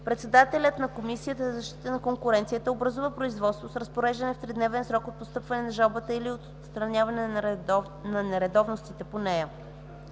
Председателят на Комисията за защита на конкуренцията образува производство с разпореждане в тридневен срок от постъпване на жалбата или от отстраняване на нередовностите по нея.